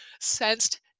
sensed